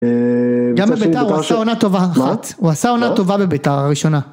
גם בביתר הוא עשה עונה טובה אחת, הוא עשה עונה טובה בביתר הראשונה.